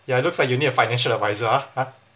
ya looks like you need a financial advisor ah ah